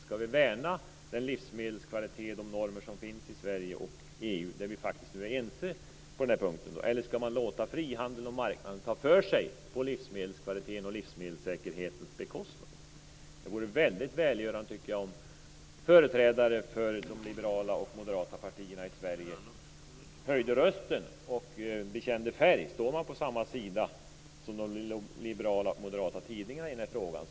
Skall vi värna den livsmedelskvalitet och de normer som finns i Sverige och EU - där vi faktiskt är ense - eller skall vi låta frihandeln och marknaden ta för sig på livsmedelskvalitetens och livsmedelssäkerhetens bekostnad? Det vore välgörande om företrädare för de liberala och moderata partierna i Sverige höjde rösten och bekände färg, dvs. står man på samma sida som de liberala och moderata tidningarna i frågan?